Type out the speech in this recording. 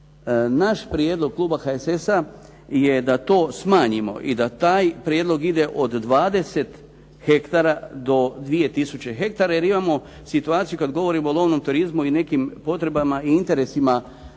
Naš prijedlog kluba HSS-a je da to smanjimo i da taj prijedlog ide od 20 hektara do 2 tisuće hektara jer imamo situaciju kad govorimo o lovnom turizmu i nekim potrebama i interesima naših